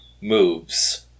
moves